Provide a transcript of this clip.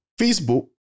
Facebook